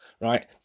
right